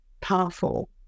powerful